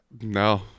No